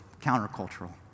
counter-cultural